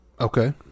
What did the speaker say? Okay